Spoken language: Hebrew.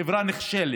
היא חברה נחשלת.